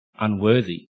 unworthy